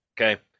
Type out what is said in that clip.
okay